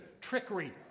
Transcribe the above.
trickery